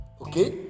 okay